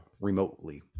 remotely